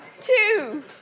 two